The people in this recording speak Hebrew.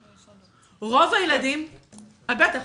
--- אה, בטח.